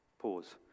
Pause